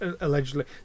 allegedly